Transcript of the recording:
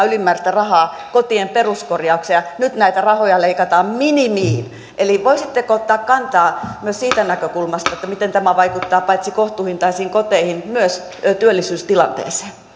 ylimääräistä rahaa kotien peruskorjaukseen ja nyt näitä rahoja leikataan minimiin eli voisitteko ottaa kantaa myös siitä näkökulmasta miten tämä vaikuttaa paitsi kohtuuhintaisiin koteihin myös työllisyystilanteeseen